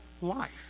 life